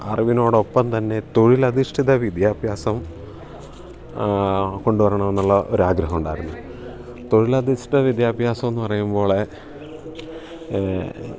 അറിവിനോടൊപ്പം തന്നെ തൊഴിലധിഷ്ഠിത വിദ്യാഭ്യാസം കൊണ്ടുവരണമെന്നുള്ള ഒരു ആഗ്രഹം ഉണ്ടായിരുന്നു തൊഴിലധിഷ്ഠത വിദ്യാഭ്യാസം എന്നു പറയുമ്പോൾ